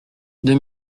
deux